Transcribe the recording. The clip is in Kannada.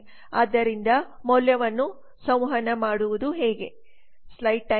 ಆದ್ದರಿಂದ ಮೌಲ್ಯವನ್ನು ಸಂವಹನ ಮಾಡುವುದು ಹೇಗೆ